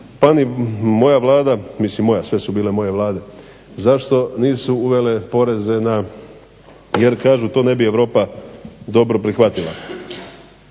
pa ni moja Vlada, mislim moja sve su bile moje Vlade, zašto nisu uvele poreze na jer kažu to ne bi Europa dobro prihvatila.